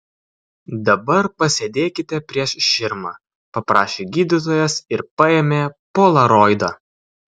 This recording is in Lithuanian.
dabar pasėdėkite prieš širmą paprašė gydytojas ir paėmė polaroidą